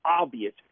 obvious